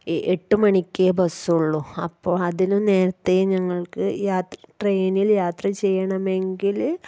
എട്ട് മണിക്ക് ബസ് ഉള്ളു അപ്പോൾ അതിന് നേരത്തെ ഞങ്ങൾക്ക് യാത്ര ട്രെയിനിൽ യാത്ര ചെയ്യണമെങ്കില്